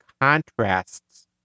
contrasts